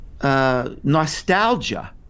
Nostalgia